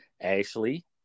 Ashley